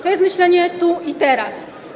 To jest myślenie tu i teraz.